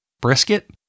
brisket